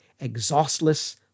exhaustless